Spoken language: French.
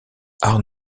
art